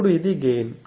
అప్పుడు ఇది గెయిన్